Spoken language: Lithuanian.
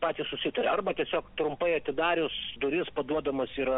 patys susitaria arba tiesiog trumpai atidarius duris paduodamas yra